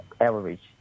average